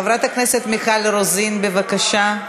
חברת הכנסת מיכל רוזין, בבקשה.